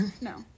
No